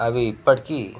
అవి ఇప్పటికీ